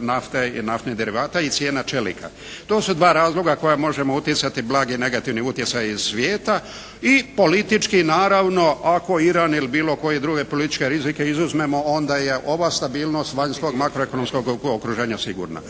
nafte i naftnih derivata i cijena čelika. To su dva razloga koja možemo utjecati blagi negativni utjecaji iz svijeta i politički naravno ako IRON ili bilo koje druge političke rizike izuzmemo onda je ova stabilnost vanjskog makro ekonomskog okruženja sigurna.